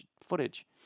footage